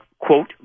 quote